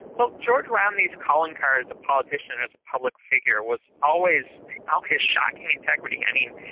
well, george romney's calling card as a politician, as a public figure, was always ah his shocking integrity. i mean,